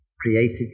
created